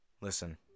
Listen